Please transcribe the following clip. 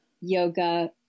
yoga